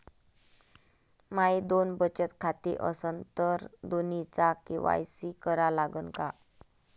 माये दोन बचत खाते असन तर दोन्हीचा के.वाय.सी करा लागन का?